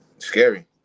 scary